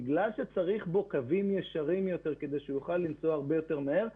בגלל שצריך בו קווים ישרים יותר כדי שהוא יוכל לנסוע הרבה יותר מהר,